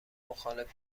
مخالف